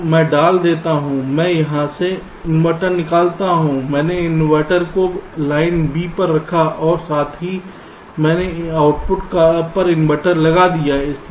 तो मैं डाल देता हूं मैं यहां से इनवर्टर निकालता हूं मैंने इन्वर्टर को लाइन B पर रखा और साथ ही मैंने आउटपुट पर इन्वर्टर लगा दीया है